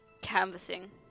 Canvassing